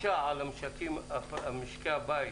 מקשה על משקי הבית